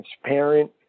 transparent